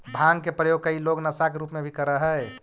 भाँग के प्रयोग कई लोग नशा के रूप में भी करऽ हई